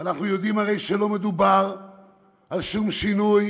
ואנחנו הרי יודעים שלא מדובר על שום שינוי